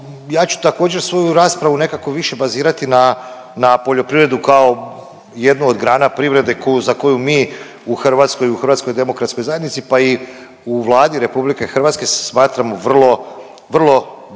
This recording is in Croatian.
ja ću također, svoju raspravu nekako više bazirati na poljoprivredu kao jednu od grana privrede za koju mi u Hrvatskoj i HDZ-u, pa i u Vladi RH se smatramo vrlo, vrlo